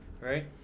right